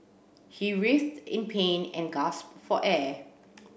he writhed in pain and gasped for air